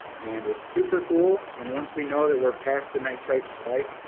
and it's super cool, and once we know that we're past the nitrite spike,